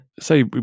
Say